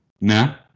No